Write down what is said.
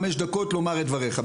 חמש דקות לומר את דבריך.